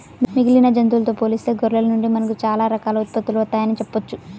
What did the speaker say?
మిగిలిన జంతువులతో పోలిస్తే గొర్రెల నుండి మనకు చాలా రకాల ఉత్పత్తులు వత్తయ్యని చెప్పొచ్చు